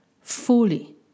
fully